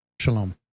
Shalom